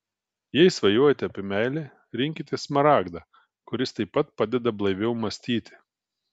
jei svajojate apie meilę rinkitės smaragdą kuris taip pat padeda blaiviau mąstyti